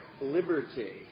liberty